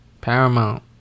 Paramount